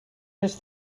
més